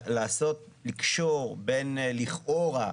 לקשור בין לכאורה,